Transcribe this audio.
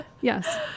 Yes